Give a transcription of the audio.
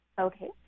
Okay